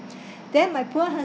then my poor